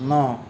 ন